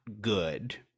good